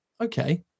okay